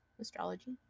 astrology